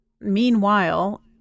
Meanwhile